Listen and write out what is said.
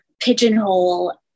pigeonhole